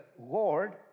Lord